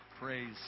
Praise